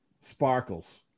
sparkles